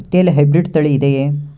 ಹತ್ತಿಯಲ್ಲಿ ಹೈಬ್ರಿಡ್ ತಳಿ ಇದೆಯೇ?